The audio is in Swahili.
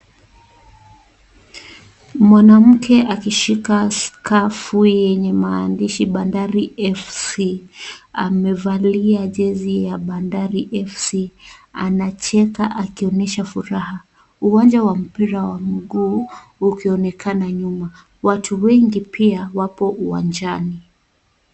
Mwanamke akishika skafu yenye maandishi Bandari FC. Amevalia jezi ya Bandari FC. Anacheka akionyesha furaha. Uwanja wa mpira wa mguu ukionekana nyuma. Watu wengi pia wapo uwanjani.